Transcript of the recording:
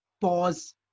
pause